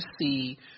see